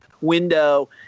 window